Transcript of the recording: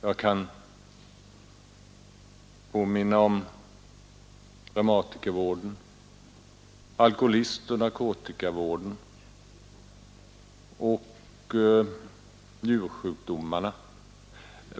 Jag kan också påminna om reumatikervården, alkoholistoch narkotikavården och njursjukdomarna.